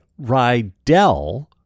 rydell